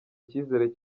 icyizere